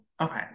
Okay